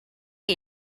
get